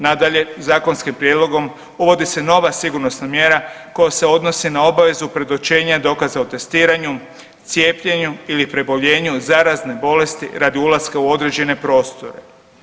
Nadalje, zakonskim prijedlogom uvodi se nova sigurnosna mjera koja se odnosi na obavezu predočenja dokaza o testiranju, cijepljenju ili preboljenju zarazne bolesti radi ulaska u određene prostore.